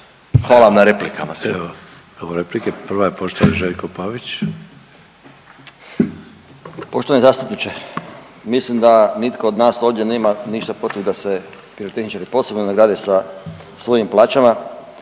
**Pavić, Željko (Socijaldemokrati)** Poštovani zastupniče, mislim da nitko od nas ovdje nema ništa protiv da se pirotehničari posebno nagrade sa svojim plaćama